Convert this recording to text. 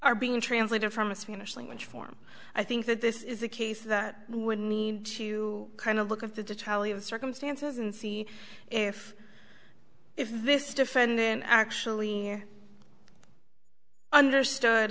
are being translated from a spanish language form i think that this is a case that would need to kind of look at the tally of circumstances and see if if this defendant actually understood